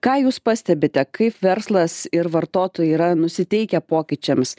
ką jūs pastebite kaip verslas ir vartotojai yra nusiteikę pokyčiams